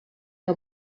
que